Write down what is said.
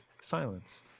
silence